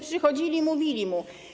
Przychodzili i mówili mu.